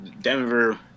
Denver